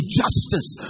justice